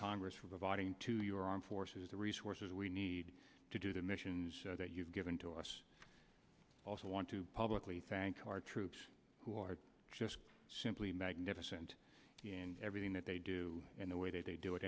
congress for providing to your armed forces the resources we need to do the missions that you've given to us also want to publicly thank our troops who are just simply magnificent in everything that they do in the way they do it